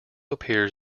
appears